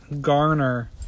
garner